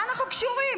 מה אנחנו קשורים?